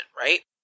right